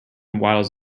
waddles